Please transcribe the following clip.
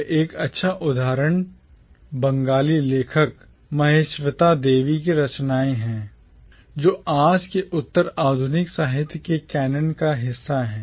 और एक अच्छा उदाहरण Bengali बंगाली लेखक Mahasweta Devi महाश्वेता देवी की रचनाएँ हैं जो आज के उत्तर आधुनिक साहित्य के कैनन का हिस्सा हैं